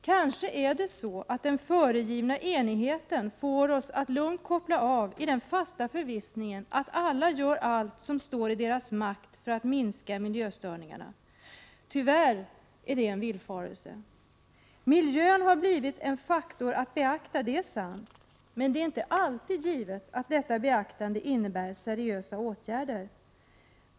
Kanske är det så att den föregivna enigheten får oss att lugnt koppla avi den fasta förvissningen att alla gör allt som står i deras makt för att minska miljöstörningarna. Tyvärr är det en villfarelse. Miljön har blivit en faktor att beakta, det är sant. Men det är inte alltid givet att detta beaktande innebär seriösa åtgärder.